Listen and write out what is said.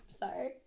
Sorry